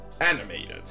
animated